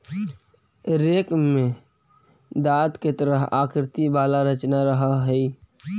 rake में दाँत के तरह आकृति वाला रचना रहऽ हई